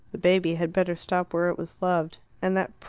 the baby had better stop where it was loved. and that,